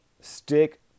stick